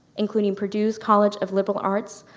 including purdue's college of liberal arts,